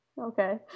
Okay